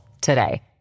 today